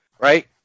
Right